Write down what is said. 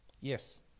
Yes